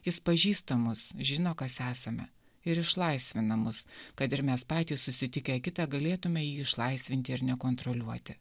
jis pažįsta mus žino kas esame ir išlaisvina mus kad ir mes patys susitikę kitą galėtume jį išlaisvinti ir nekontroliuoti